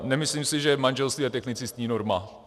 Nemyslím si, že manželství je technicistní norma.